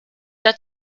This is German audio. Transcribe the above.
der